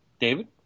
David